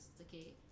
okay